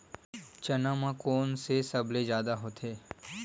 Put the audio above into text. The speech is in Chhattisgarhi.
चना म कोन से सबले जादा होथे?